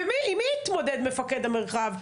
עם מי התמודד מפקד המרחב?